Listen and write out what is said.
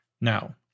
Now